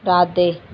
ਰਾਤ ਦੇ